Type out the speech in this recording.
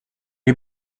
est